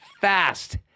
fast